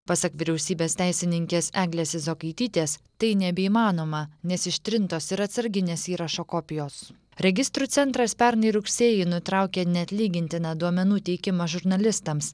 pasak vyriausybės teisininkės eglės izokaitytės tai nebeįmanoma nes ištrintos ir atsarginės įrašo kopijos registrų centras pernai rugsėjį nutraukė neatlygintiną duomenų teikimą žurnalistams